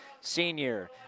senior